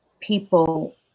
people